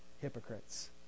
hypocrites